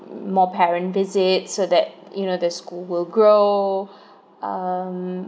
more parent visits so that you know the school will grow um